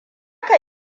ka